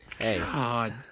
God